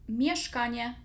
mieszkanie